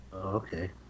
Okay